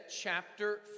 chapter